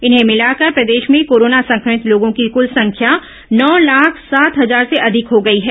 इन्हें मिलाकर प्रदेश में कोरोना संक्रमित लोगों की कृल संख्या नौ लाख सात हजार से अधिक हो गई है